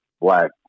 black